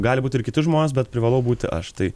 gali būt ir kiti žmonės bet privalau būti aš tai